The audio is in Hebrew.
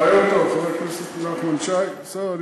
רעיון טוב, חבר הכנסת נחמן שי, בסדר?